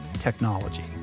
technology